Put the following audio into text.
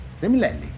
Similarly